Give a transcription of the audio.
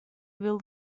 will